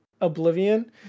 oblivion